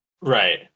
Right